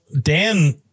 Dan